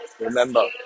remember